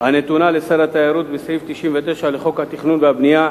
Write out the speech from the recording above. הנתונה לשר התיירות בסעיף 99 לחוק התכנון והבנייה,